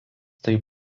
taip